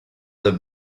the